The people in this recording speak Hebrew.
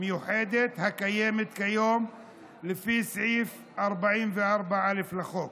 המיוחדת הקיימת כיום לפי סעיף 44א לחוק.